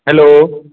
hello